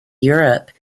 europe